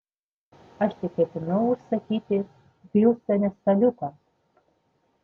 aš tik ketinau užsakyti hjustone staliuką